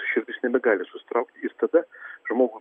širdis nebegali susitraukt ir tada žmogų